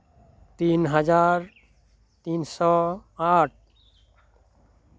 ᱛᱤᱱ ᱦᱟᱡᱟᱨ ᱛᱤᱱᱥᱳ ᱟᱴ